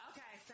Okay